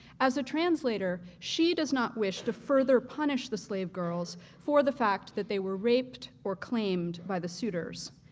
as a translator, she does not wish to further punish the slave girls for the fact that they were raped or claimed by the suitors.